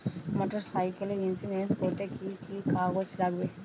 Motorcycle insurance করতে কি কি কাগজ লাগবে?